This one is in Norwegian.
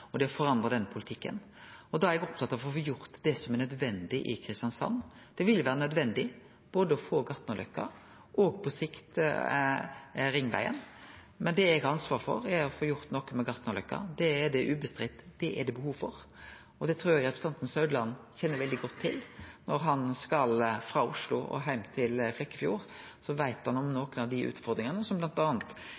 Vegar, og det forandrar den politikken. Eg er opptatt av å få gjort det som er nødvendig i Kristiansand. Det vil vere nødvendig både å få Gartnerløkka og på sikt ringvegen. Det eg har ansvar for, er å få gjort noko med Gartnerløkka. Det er det utan tvil behov for, og det trur eg representanten Meininger Saudland kjenner veldig godt til. Når han skal frå Oslo og heim til Flekkefjord, veit han om